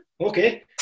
Okay